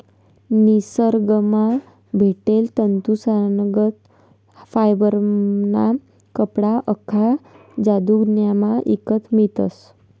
निसरगंमा भेटेल तंतूसनागत फायबरना कपडा आख्खा जगदुन्यामा ईकत मियतस